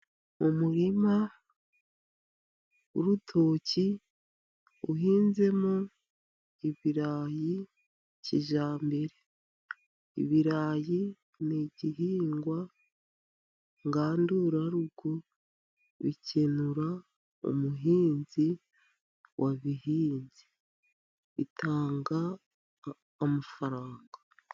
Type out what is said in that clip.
Umurima w'urutoki uhinzemo ibirayi kijyambere. Ibirayi ni igihingwa ngandurarugo, bikenura umuhinzi wabihinze. Bitanga amafaranga.